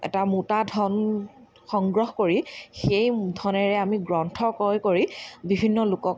এটা মোটা ধন সংগ্ৰহ কৰি সেই ধনেৰে আমি গ্ৰন্থ ক্ৰয় কৰি বিভিন্ন লোকক